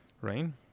rain